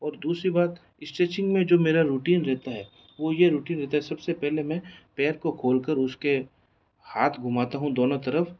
और दूसरी बात स्ट्रेचिंग में जो मेरा रूटीन रहता है वह यह रूटीन रहता है सबसे पहले मैं पैर को खोल कर उसके हाँथ घुमाता हूँ दोनों तरफ